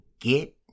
get